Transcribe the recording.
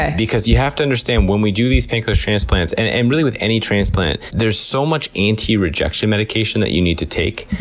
ah because you have to understand, when we do these pancreas transplants, and and really with any transplant, there's so much anti-rejection medication that you need to take,